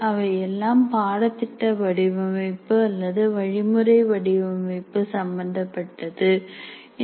அவை எல்லாம் பாடத்திட்ட வடிவமைப்பு அல்லது வழிமுறை வடிவமைப்பு சம்பந்தப்பட்டது இந்த